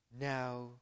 Now